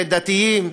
ודתיים,